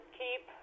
keep